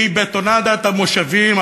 והיא בטונדת המושבים,